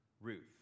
Ruth